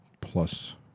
plus